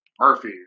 Murphy